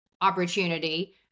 opportunity